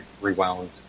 rewound